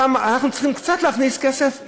אנחנו צריכים קצת להכניס כסף,